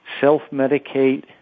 self-medicate